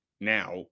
now